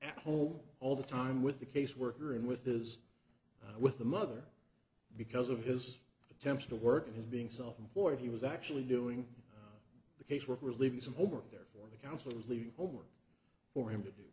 at home all the time with the caseworker and with his with the mother because of his attempts to work in his being self employed he was actually doing the casework relieving some homework there for the counselors leaving home for him to do